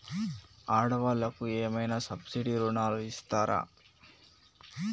ఆడ వాళ్ళకు ఏమైనా సబ్సిడీ రుణాలు ఇస్తారా?